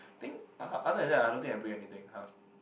think o~ other than I don't think I break anything half